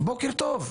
בוקר טוב.